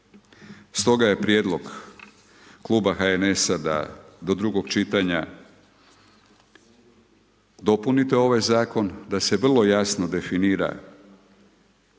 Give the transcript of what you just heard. Stoga je prijedlog kluba HNS-a da do drugog čitanja dopunite ovaj zakon da se vrlo jasno definira